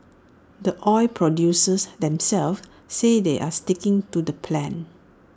the oil producers themselves say they're sticking to the plan